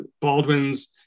Baldwin's